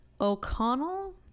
O'Connell